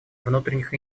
внутренних